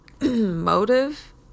motive